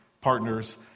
partners